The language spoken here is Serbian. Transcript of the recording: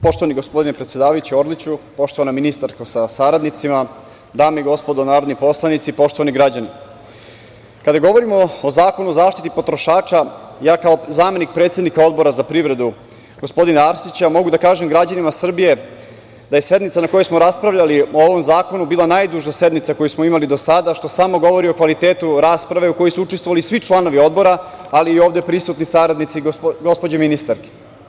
Poštovani gospodine predsedavajući, poštovana ministarko sa saradnicima, dame i gospodo narodni poslanici, poštovani građani, kada govorimo o Zakonu o zaštiti potrošača, ja kao zamenik predsednika Odbora za privredu, gospodina Arsića, mogu da kažem građanima Srbije da je sednica na kojoj smo raspravljali o ovom zakonu bila najduža sednica koju smo imali do sada, što samo govori o kvalitetu rasprave u kojoj su učestvovali svi članovi Odbora, ali i ovde prisutni saradnici gospođe ministarke.